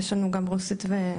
יש לנו גם רוסית ואנגלית.